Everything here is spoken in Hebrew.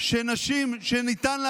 שנשים שניתן,